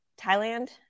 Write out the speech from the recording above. Thailand